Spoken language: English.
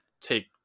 take